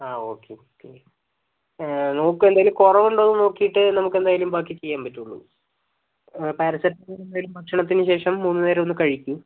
okay okay നോക്ക് എന്തേലും കുറവുണ്ടോയെന്ന് നോക്കീട്ട് നമുക്ക് എന്തായാലും ബാക്കി ചെയ്യാൻ പറ്റുകയുളളൂ പാരസെറ്റാമോൾ എന്തായാലും ഭക്ഷണത്തിനു ശേഷം മൂന്നുനേരം ഒന്നു കഴിക്കൂ